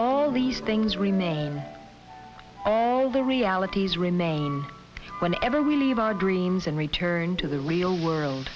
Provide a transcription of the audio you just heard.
all these things remain the realities remain when ever we leave our dreams and return to the real world